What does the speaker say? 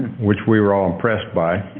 which we were all impressed by.